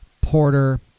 porter